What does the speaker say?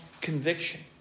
conviction